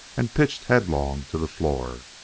and pitched headlong to the floor.